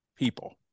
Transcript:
People